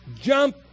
jump